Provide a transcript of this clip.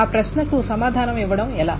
ఆ ప్రశ్నకు సమాధానం ఇవ్వడం ఎలా